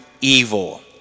evil